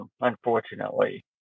unfortunately